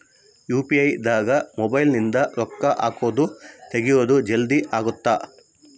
UPI ದಾಗ mobile ನಿಂದ ರೊಕ್ಕ ಹಕೊದ್ ತೆಗಿಯೊದ್ ಜಲ್ದೀ ಅಗುತ್ತ